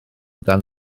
dan